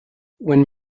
when